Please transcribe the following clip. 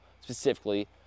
specifically